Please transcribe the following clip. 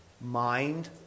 mind